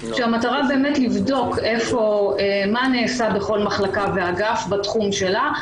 כאשר המטרה היא לבדוק מה נעשה בכל מחלקה ואגף בתחום שלהם